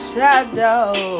Shadow